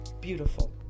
Beautiful